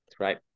right